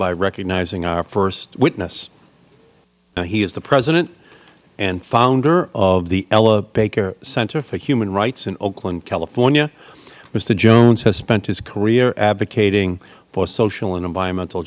by recognizing our first witness he is the president and founder of the ella baker center for human rights in oakland california mister jones has spent his career advocating for social and environmental